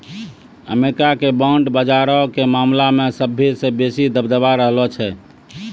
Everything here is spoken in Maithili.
अमेरिका के बांड बजारो के मामला मे सभ्भे से बेसी दबदबा रहलो छै